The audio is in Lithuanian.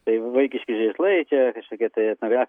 tai vaikiški žaislai čia kažkokie tai etnografi